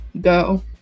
go